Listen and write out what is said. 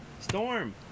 Storm